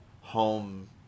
Home